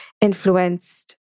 influenced